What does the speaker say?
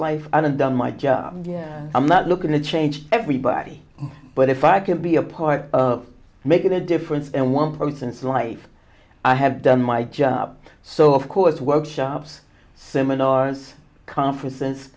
life and done my job i'm not looking to change everybody but if i can be a part of making a difference and one person's life i have done my job so of course workshops seminars conferences